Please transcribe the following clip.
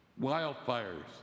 Wildfires